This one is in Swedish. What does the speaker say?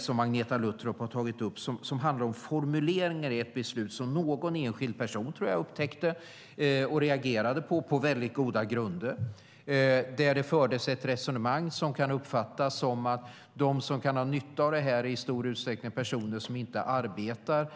som Agneta Luttropp har tagit upp och som handlar om formuleringar i ett beslut som någon enskild person, tror jag, upptäckte och reagerade på, och detta på mycket goda grunder. Det fördes ett resonemang som kan uppfattas som att de som kan ha nytta av detta är i stor utsträckning personer som inte arbetar.